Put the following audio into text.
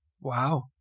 Wow